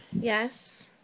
Yes